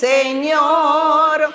Señor